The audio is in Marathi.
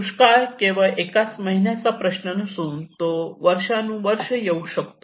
दुष्काळ केवळ एकाच महिन्याचा प्रश्न नसून तो वर्षानुवर्ष येऊ शकतो